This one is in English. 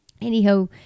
anyhow